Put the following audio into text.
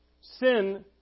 Sin